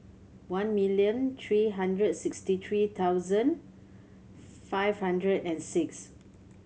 one million three hundred sixty three thousand five hundred and six